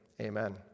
Amen